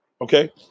Okay